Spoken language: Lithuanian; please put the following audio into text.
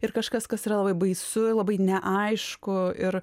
ir kažkas kas yra labai baisu labai neaišku ir